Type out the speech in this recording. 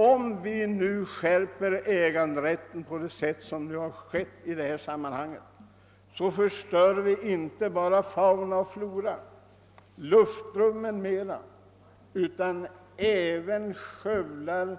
Om vi nu stjälper äganderätten på det sätt som föreslås i detta sammanhang, då inte bara förstör vi fauna och flora samt luftrum m.m. utan skövlar även människornas